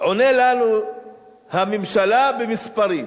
עונה לנו הממשלה במספרים.